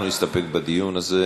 אנחנו נסתפק בדיון הזה.